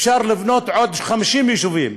אפשר לבנות עוד 50 יישובים.